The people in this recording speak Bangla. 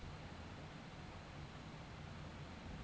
যে ব্রকাররা মক্কেল আর স্টক সিকিউরিটি এক্সচেঞ্জের মধ্যে কাজ ক্যরে